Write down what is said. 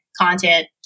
content